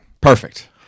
Perfect